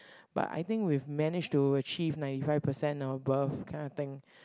but I think we've managed to achieve ninety five percent or above kind of thing